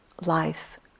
life